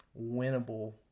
winnable